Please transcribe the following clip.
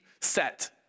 set